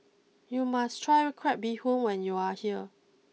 you must try Crab Bee Hoon when you are here